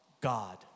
God